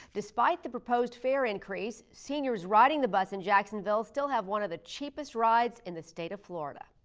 despite the proposed fare increase, seniors riding the bus in jacksonville still have one of the cheapest rides in the state of florida.